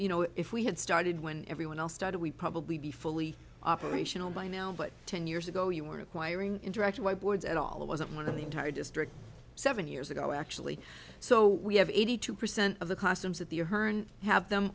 you know if we had started when everyone else started we probably be fully operational by now but ten years ago you weren't acquiring interactive whiteboards at all that wasn't one of the entire district seven years ago actually so we have eighty two percent of the classrooms at the ahearn have them